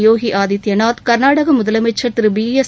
யோகி ஆதித்தியநாத் கள்நாடக முதலமைச்ச் திருபிஎஸ்